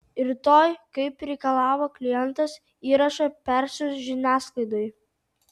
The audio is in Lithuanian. rytoj kaip reikalavo klientas įrašą persiųs žiniasklaidai